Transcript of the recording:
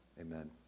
Amen